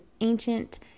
ancient